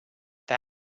they